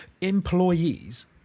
employees